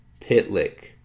Pitlick